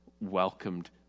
welcomed